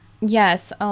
yes